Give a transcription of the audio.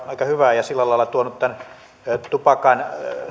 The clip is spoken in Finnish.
aika hyvää ja sillä lailla tuonut tämän tupakan